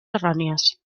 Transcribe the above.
errònies